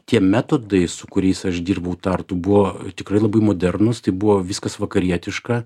tie metodai su kuriais aš dirbau tartu buvo tikrai labai modernūs tai buvo viskas vakarietiška